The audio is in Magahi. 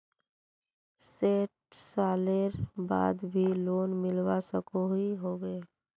सैट सालेर बाद भी लोन मिलवा सकोहो होबे?